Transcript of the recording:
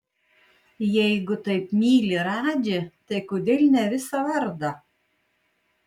jeigu taip myli radžį tai kodėl ne visą vardą